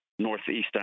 northeastern